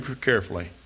carefully